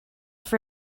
for